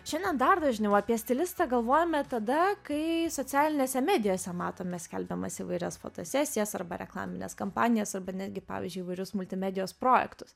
šiandien dar dažniau apie stilistą galvojame tada kai socialinėse medijose matome skelbiamas įvairias fotosesijas arba reklamines kampanijas arba netgi pavyzdžiui įvairius multimedijos projektus